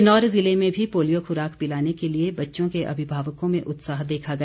किन्नौर ज़िले में भी पोलियो ख़ुराक पिलाने के लिए बच्चों के अभिभावकों में उत्साह देखा गया